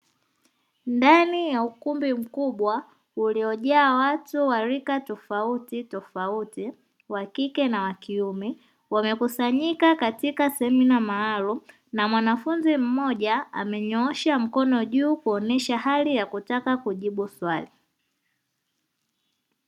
Ndani ya ukumbi mkubwa uliojaa watu wa rika tofauti tofauti wa kike na wa kiume wamekusanyika katika semina maalum na mwanafunzi mmoja amenyoosha mkono juu kuonesha hali ya kutaka kujibu swali.